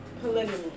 polygamy